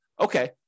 okay